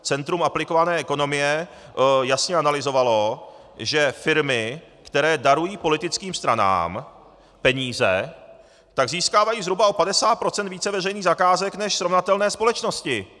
Centrum aplikované ekonomie jasně analyzovalo, že firmy, které darují politickým stranám peníze, získávají zhruba o 50 % více veřejných zakázek než srovnatelné společnosti.